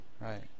right